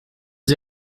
est